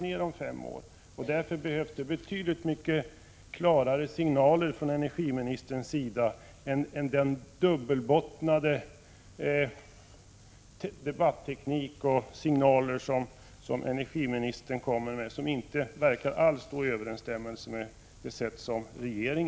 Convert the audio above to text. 115 Ärutbildningsministern, med anledning av vunna erfarenheter, beredd att medverka till en skärpning av eller mer restriktiv tillämpning av bestämmelserna om uppdragsutbildning?